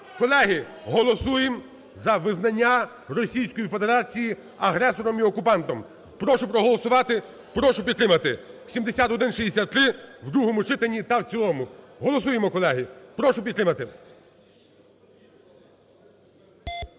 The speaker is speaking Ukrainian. Колеги, голосуємо за визнання Російської Федерації агресором і окупантом. Прошу проголосувати, прошу підтримати 7163 в другому читанні та в цілому. Голосуємо, колеги! Прошу підтримати.